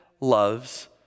loves